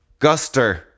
Guster